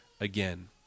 again